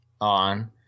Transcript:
on